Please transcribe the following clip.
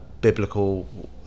biblical